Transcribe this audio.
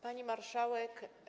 Pani Marszałek!